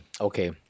Okay